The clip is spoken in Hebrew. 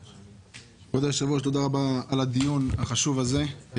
כבוד היושב-ראש, תודה רבה על הדיון החשוב הזה.